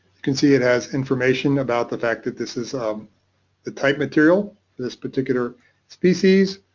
you can see it has information about the fact that this is um the type material, this particular species,